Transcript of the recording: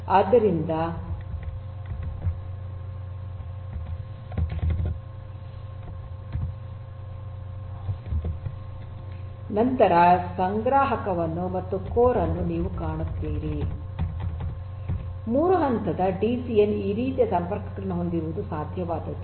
ಆದ್ದರಿಂದ ನಂತರ ಸಂಗ್ರಾಹಕವನ್ನು ಮತ್ತು ಕೋರ್ ಅನ್ನು ನೀವು ಕಾಣುತ್ತೀರಿ 3 ಹಂತದ ಡಿಸಿಎನ್ ಈ ರೀತಿಯ ಸಂಪರ್ಕಗಳನ್ನು ಹೊಂದಿರುವುದು ಸಾಧ್ಯವಾದದ್ದು